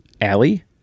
Allie